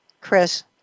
Chris